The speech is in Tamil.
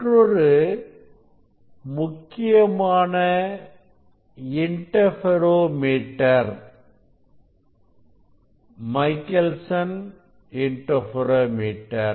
மற்றொரு முக்கியமான இன்டர்பெரோ மீட்டர் மைக்கேல்சன் இன்டர்பெரோ மீட்டர்